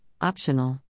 optional